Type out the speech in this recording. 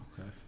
Okay